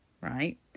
right